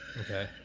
Okay